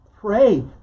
pray